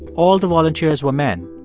all the volunteers were men.